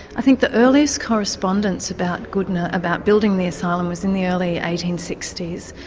i think the earliest correspondence about goodna, about building the asylum, was in the early eighteen sixty s,